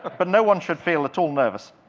but but no one should feel at all nervous.